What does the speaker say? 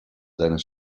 seines